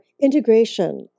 integration